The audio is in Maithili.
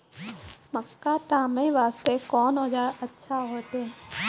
मक्का तामे वास्ते कोंन औजार अच्छा होइतै?